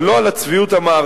אבל "לא על הצביעות המערבית,